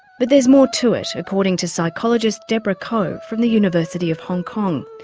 but there's more to it according to psychologist deborah ko, from the university of hong kong.